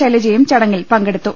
ശൈലജയും ചടങ്ങിൽ പങ്കെടുത്തു